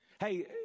hey